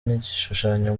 n’igishushanyo